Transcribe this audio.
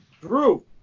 Drew